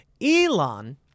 Elon